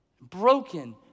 broken